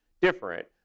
different